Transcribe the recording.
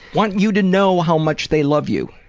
want you to know how much they love you.